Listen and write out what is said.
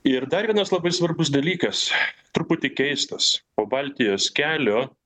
ir dar vienas labai svarbus dalykas truputį keistas po baltijos kelio